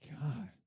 God